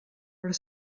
per